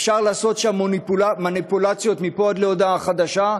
אפשר לעשות שם מניפולציות מפה עד להודעה חדשה.